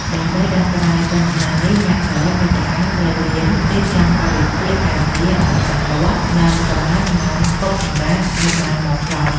ដើម្បីដោះស្រាយបញ្ហានេះ អ្នកផលិតមាតិកាត្រូវរៀនរៀបចំកាលវិភាគការងារឱ្យច្បាស់លាស់ និងកំណត់ម៉ោងឈប់សម្រាកឱ្យបានម៉ត់ចត់។